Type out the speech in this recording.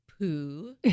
poo